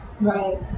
right